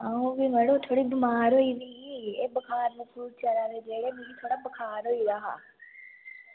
अ'ऊं ते मड़ो थोह्ड़ी बमार होई दी ही एह् बखार चलै दे ते मिगी बखार होई दा हा